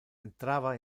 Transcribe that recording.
entrava